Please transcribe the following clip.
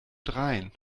dreien